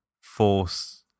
force